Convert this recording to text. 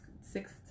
six